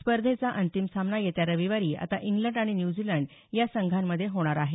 स्पर्धेचा अंतिम सामना येत्या रविवारी आता इंग्लड आणि न्यूझीलंड या संघामध्ये होणार आहे